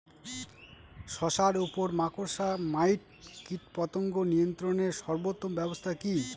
শশার উপর মাকড়সা মাইট কীটপতঙ্গ নিয়ন্ত্রণের সর্বোত্তম ব্যবস্থা কি?